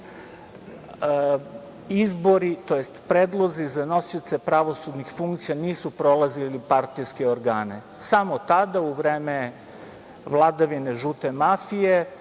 izbori tj. predlozi za nosioce pravosudnih funkcija nisu prolazili partijske organe. Samo tada u vreme vladavine žute mafije